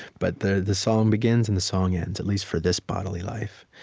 but the the song begins and the song ends, at least for this bodily life.